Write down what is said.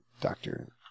Doctor